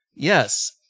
Yes